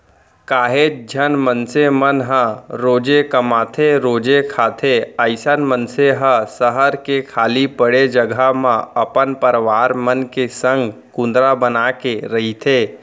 काहेच झन मनसे मन ह रोजे कमाथेरोजे खाथे अइसन मनसे ह सहर के खाली पड़े जघा म अपन परवार मन के संग कुंदरा बनाके रहिथे